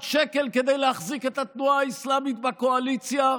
שקל כדי להחזיק את התנועה האסלאמית בקואליציה,